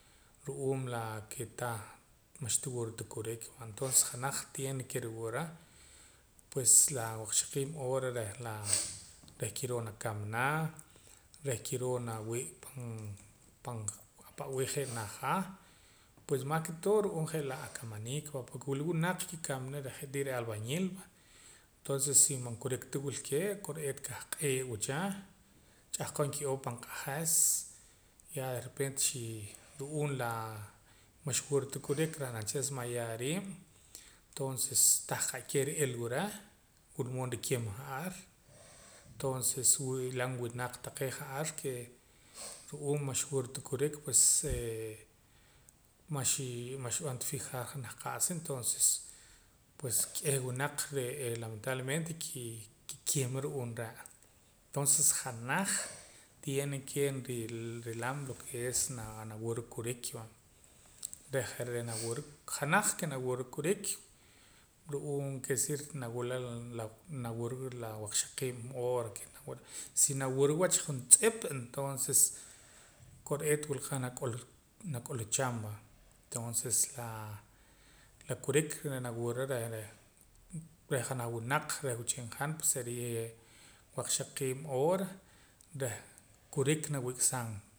Ru'uum la ke tah max tiwura ta kurik va entonces janaj tiene ke nriwura pues la waqxaqiib' hora reh la reh kiroo nakamana reh kiroo nawii' pan pan ahpa'wii' je' naja pues mas ke todo ru'uum j'e la akamaniik va porque wila wunaq ki'kaman reh je'tii reh albañil tonses si man kurik ta wilkee ko'eet kah q'eewa cha ch'ahqon ki'oo pan q'ajas ya derrepente xii ru'uum la max xwura ta kurik rah rahnam cha desmayaar riim tonces tahqa'keh nri'ilwa reh wila mood nrikima ja'ar tonces wi'lam winaq taqee' ja'ar ke ru'uum man xwura ta kurik pues eh maxii man xib'an ta fijar janaj qa'sa entonces pues k'eh winaq re'ee lamentablemente ki'kima ru'uum re' tonses janaj tiene ke rii rilam lo ke es na naa wura kurik va reh ja're' nawura janaj ke nawura kurik ru'uum quiere decir na wula na wura la waqxaqiib' hora ke nawura si nawura wach juntz'ip entonces kore'eet wula qa' nak'ulucham va tonces la la kurik naa nawura reh reh junai winaq reh wichin han waqxaqiib' hora reh kurik nawik'saam